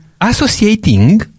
Associating